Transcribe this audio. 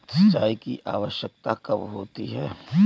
सिंचाई की आवश्यकता कब होती है?